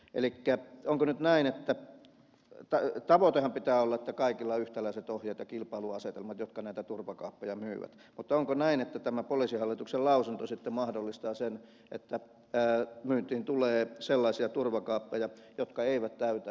tavoitteenhan pitää olla että kaikilla jotka näitä turvakaappeja myyvät on yhtäläiset ohjeet ja kilpailuasetelmat mutta onko näin että tämä poliisihallituksen lausunto sitten mahdollistaa sen että myyntiin tulee sellaisia turvakaappeja jotka eivät täytä näitä suomalaisia standardeja